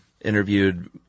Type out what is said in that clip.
interviewed